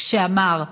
כשאמר: